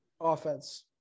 offense